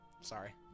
sorry